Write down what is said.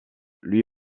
lui